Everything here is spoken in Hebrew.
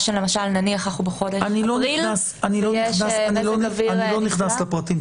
למשל שאנחנו בחודש אפריל --- אני לא נכנס לפרטים.